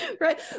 right